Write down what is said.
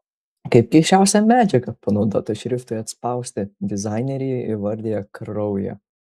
kaip keisčiausią medžiagą panaudotą šriftui atspausti dizaineriai įvardija kraują